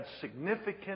significant